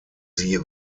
sie